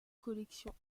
collections